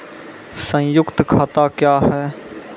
संयुक्त खाता क्या हैं?